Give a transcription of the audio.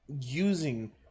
using